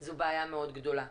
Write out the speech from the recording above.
זו בעיה מאוד גדולה.